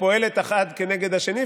שפועלת אחד כנגד השני.